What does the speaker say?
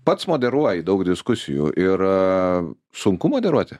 pats moderuoji daug diskusijų ir a sunku moderuoti